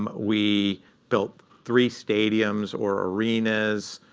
um we built three stadiums or arenas.